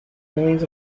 millions